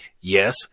Yes